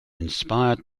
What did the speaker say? inspired